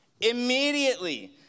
Immediately